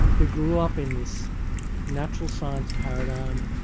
who grew up in this natural science paradigm,